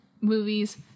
movies